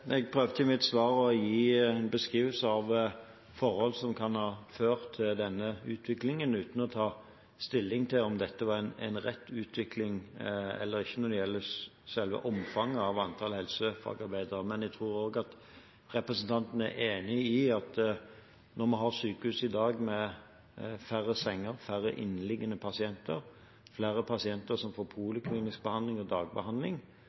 Jeg prøvde i mitt svar å gi en beskrivelse av forhold som kan ha ført til denne utviklingen, uten å ta stilling til om dette var en rett utvikling eller ikke når det gjelder selve omfanget av antall helsefagarbeidere. Men jeg tror representanten er enig i at når vi i dag har sykehus med færre senger – færre innlagte pasienter – og flere pasienter som får poliklinisk behandling og dagbehandling,